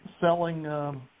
selling